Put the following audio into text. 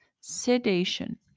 sedation